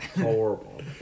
horrible